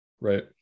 right